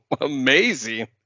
amazing